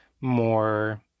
more